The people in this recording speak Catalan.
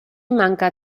manca